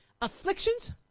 Afflictions